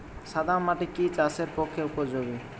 সাদা মাটি কি চাষের পক্ষে উপযোগী?